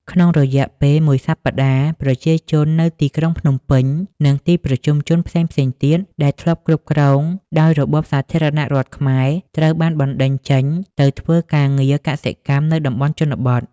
ក្នុងរយៈពេលមួយសប្តាហ៍ ប្រជាជននៅទីក្រុងភ្នំពេញ និងទីប្រជុំជនផ្សេងៗទៀត ដែលធ្លាប់គ្រប់គ្រងដោយរបបសាធារណរដ្ឋខ្មែរ ត្រូវបានបណ្តេញចេញទៅធ្វើការងារកសិកម្មនៅតំបន់ជនបទ។